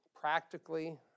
practically